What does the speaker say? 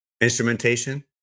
instrumentation